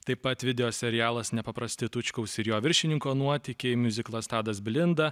taip pat videoserialas nepaprasti tučkaus ir jo viršininko nuotykiai miuziklas tadas blinda